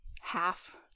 half